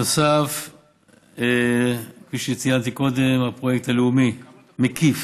בנוסף, כפי שציינתי קודם, הפרויקט הלאומי המקיף